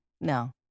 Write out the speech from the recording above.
No